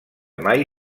mai